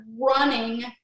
running